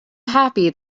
happy